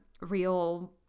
real